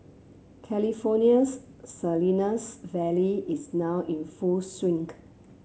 California's Salinas Valley is now in full swink